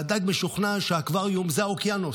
והדג משוכנע שהאקווריום זה האוקיינוס,